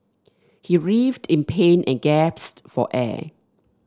he writhed in pain and gasped for air